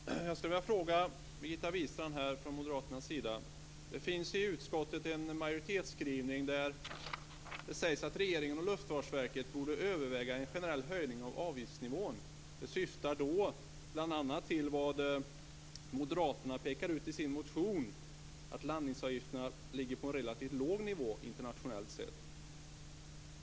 Fru talman! Jag skulle vilja ställa en fråga till Birgitta Wistrand från Moderaterna. Det finns en majoritetsskrivning från utskottet där det sägs att regeringen och Luftfartsverket borde överväga en generell höjning av avgiftsnivån. Detta syftar bl.a. på vad Moderaterna pekar på i sin motion, nämligen att landningsavgifterna ligger på en relativt låg nivå internationellt sett.